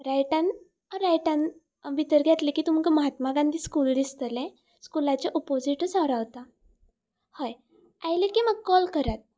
रायटान रायटान भितर घेतले की तुमकां महात्मा गांधी स्कूल दिसतले स्कुलाचे ऑपोजीटच हांव रावता हय आयले की म्हाका कॉल करात